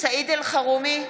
סעיד אלחרומי,